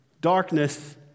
darkness